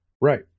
Right